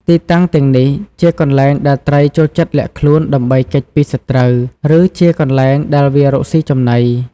ទីតាំងទាំងនេះជាកន្លែងដែលត្រីចូលចិត្តលាក់ខ្លួនដើម្បីគេចពីសត្រូវ ឬជាកន្លែងដែលវារកស៊ីចំណី។